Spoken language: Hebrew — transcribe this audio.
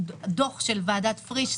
הדוח של ועדת פריש,